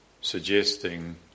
suggesting